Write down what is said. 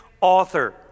Author